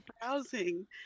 browsing